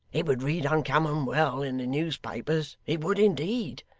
it would read uncommon well in the newspapers, it would indeed.